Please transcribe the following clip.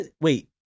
Wait